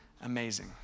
Amazing